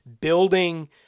building